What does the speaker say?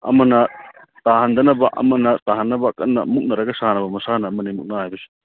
ꯑꯃꯅ ꯇꯥꯍꯟꯗꯅꯕ ꯑꯃꯅ ꯇꯥꯍꯟꯅꯕ ꯀꯟꯅ ꯃꯨꯛꯅꯔꯒ ꯁꯥꯟꯅꯕ ꯃꯁꯥꯟꯅ ꯑꯃꯅꯤ ꯃꯨꯛꯅꯥ ꯍꯥꯏꯕꯁꯤ